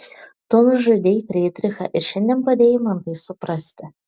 tu nužudei frydrichą ir šiandien padėjai man tai suprasti